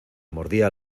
mordía